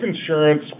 insurance